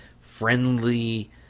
friendly